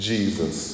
Jesus